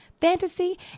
fantasy